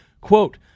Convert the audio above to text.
Quote